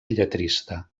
lletrista